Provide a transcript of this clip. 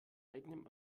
eigenem